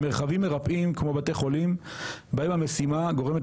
מרחבים מרפאים כמו בתי חולים בהם המשימה גורמת